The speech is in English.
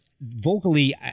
vocally